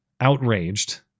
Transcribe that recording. outraged